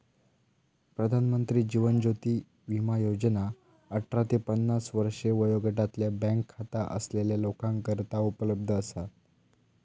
प्रधानमंत्री जीवन ज्योती विमा योजना अठरा ते पन्नास वर्षे वयोगटातल्या बँक खाता असलेल्या लोकांकरता उपलब्ध असा